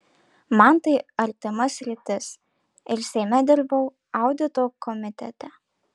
man tai artima sritis ir seime dirbau audito komitete